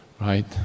right